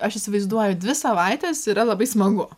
aš įsivaizduoju dvi savaites yra labai smagu